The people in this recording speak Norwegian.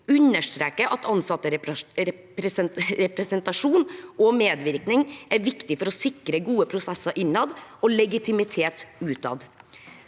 understreker at ansatterepresentasjon og medvirkning er viktig for å sikre gode prosesser innad og legitimitet utad.